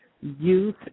youth